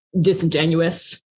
disingenuous